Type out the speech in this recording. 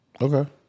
Okay